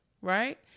right